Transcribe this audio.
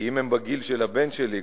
כי אם הן בגיל של הבן שלי,